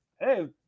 Hey